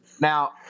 Now